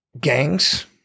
gangs